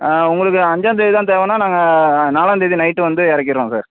ஆ உங்களுக்கு அஞ்சாந்தேதி தான் தேவைன்னா நாங்கள் நாலாந்தேதி நைட்டு வந்து இறக்கிர்றோம் சார்